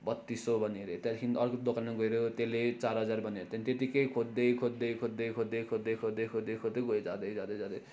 बत्तिस सय भन्यो अरे त्यहाँदेखि अर्को दोकानमा गएर त्यसले चार हजार भन्यो अरे त्यहाँदेखि त्यतिकै खोज्दै खोज्दै खोज्दै खोज्दै खोज्दै खोज्दै खोज्दै गयो जाँदै जाँदै जाँदै